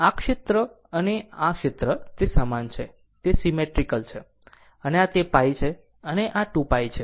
આ ક્ષેત્ર અને આ ક્ષેત્ર તે સમાન છે તે સીમેટ્રીકલ છે અને આ તે π છે અને આ 2 π છે